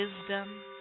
wisdom